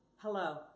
Hello